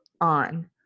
on